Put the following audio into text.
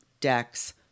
decks